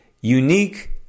unique